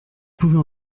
pouvais